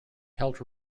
helped